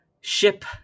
ship